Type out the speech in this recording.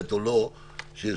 אגב,